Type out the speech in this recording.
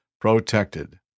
protected